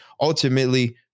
ultimately